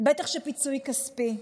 בטח שפיצוי כספי.